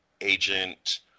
agent